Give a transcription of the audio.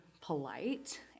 polite